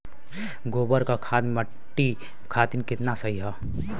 गोबर क खाद्य मट्टी खातिन कितना सही ह?